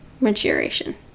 maturation